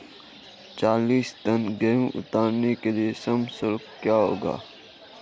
चालीस टन गेहूँ उतारने के लिए श्रम शुल्क क्या होगा?